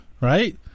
right